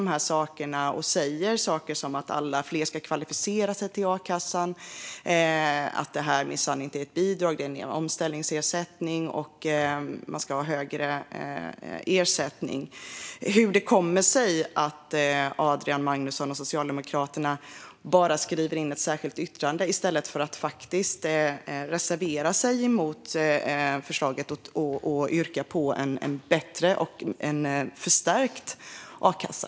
De pratar ganska fint kring dessa saker och säger att fler ska kvalificera sig till akassan, att detta minsann inte är ett bidrag, att det är en omställningsersättning och att man ska ha högre ersättning. Hur kommer det sig att Adrian Magnusson och Socialdemokraterna skriver ett särskilt yttrande i stället för att faktiskt reservera sig mot förslaget och yrka på en bättre och förstärkt a-kassa?